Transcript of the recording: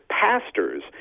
pastors